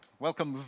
welcome,